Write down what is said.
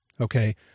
Okay